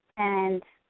and.